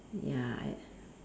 ya e~